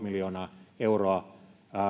miljoonaa euroa